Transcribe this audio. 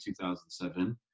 2007